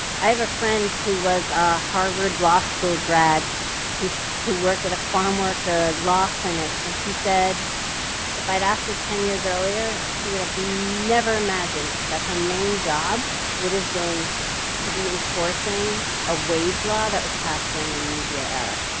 i have a friend who was a harvard law school grad who who worked at a farmworker law clinic and she said if i'd ask her ten years earlier, she would have never imagined that her main job would've been to be enforcing a wage law that was passed during the new deal era.